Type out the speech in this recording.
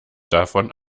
davon